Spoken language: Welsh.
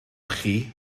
chi